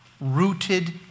rooted